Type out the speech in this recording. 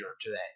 today